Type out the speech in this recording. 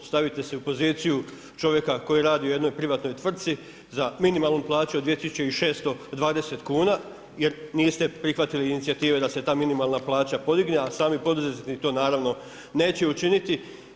Stavite se u poziciju čovjeka koji radi u jednoj privatnoj tvrtci za minimalnu plaću od 2620 kuna jer niste prihvatili inicijative da se ta minimalna plaća podigne, a sami poduzetnici to naravno neće učiniti.